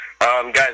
Guys